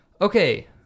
Okay